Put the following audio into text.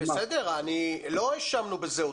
נו, בסדר, אבל --- בסדר, לא האשמנו בזה אותך,